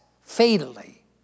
fatally